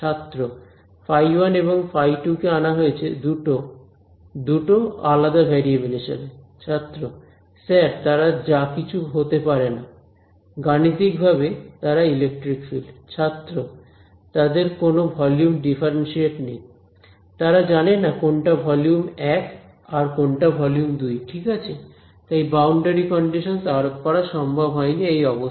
ছাত্র φ1এবং φ2 কে আনা হয়েছে দুটো দুটো আলাদা ভ্যারিয়েবল হিসাবে ছাত্র স্যার তারা যা কিছু হতে পারে না গাণিতিকভাবে তারা ইলেকট্রিক ফিল্ড তাদের কোন ভলিউম ডিফারেনশিয়েট নেই তারা জানে না কোনটা ভলিউম 1 আর কোনটা ভলিউম 2 ঠিক আছে তাই বাউন্ডারি কন্ডিশনস আরোপ করা সম্ভব হয়নি এই অবস্থায়